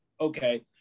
okay